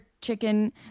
chicken